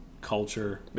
culture